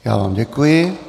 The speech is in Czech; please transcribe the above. Já vám děkuji.